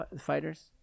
fighters